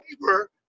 labor